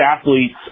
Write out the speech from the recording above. athletes